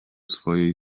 swojej